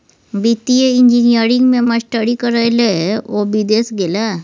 वित्तीय इंजीनियरिंग मे मास्टरी करय लए ओ विदेश गेलाह